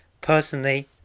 Personally